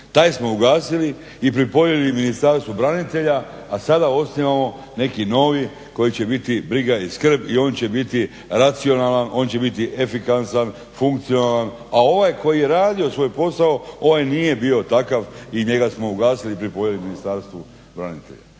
Taj smo ugasili i pripojili Ministarstvu branitelja, a sada osnivamo neki novi koji će biti briga i skrb i on će biti racionalan, on će biti efikasan, funkcionalan, a ovaj koji je radio svoj posao ovaj nije bio takav i njega smo ugasili i pripojili Ministarstvu branitelja.